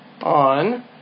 on